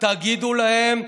תגידו להם: